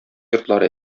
йортлары